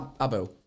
Abu